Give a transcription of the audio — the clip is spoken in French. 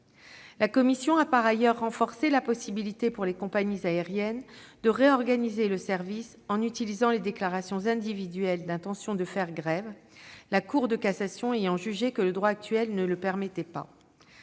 La commission a par ailleurs renforcé la possibilité pour les compagnies aériennes de réorganiser le service en utilisant les déclarations individuelles d'intention de faire grève, la Cour de cassation ayant jugé que le droit actuel ne le permettait pas.